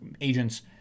agents